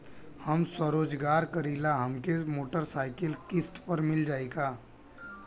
हम स्वरोजगार करीला हमके मोटर साईकिल किस्त पर मिल जाई का?